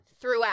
Throughout